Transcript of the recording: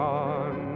on